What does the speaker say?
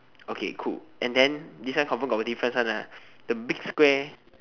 okay cool and then this one confirm got a difference one lah the big square